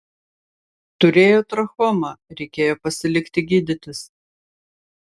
turėjo trachomą reikėjo pasilikti gydytis